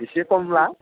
एसे खम ला